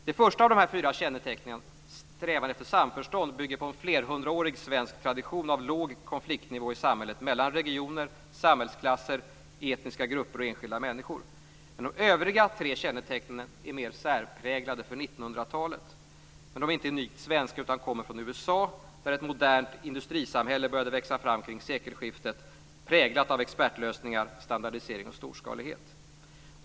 Det första av dessa fyra kännetecken - strävan efter samförstånd - bygger på en flerhundraårig svensk tradition av låg konfliktnivå i samhället mellan regioner, samhällsklasser, etniska grupper och enskilda människor. De övriga tre kännetecknen är mera särpräglade för 1900-talet. Men de är inte unikt svenska utan kommer från USA där ett modernt industrisamhälle började växa fram kring sekelskiftet präglat av expertlösningar, standardisering och storskalighet.